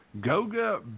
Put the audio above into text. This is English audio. Goga